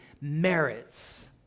merits